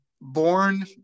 born